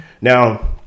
Now